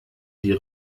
die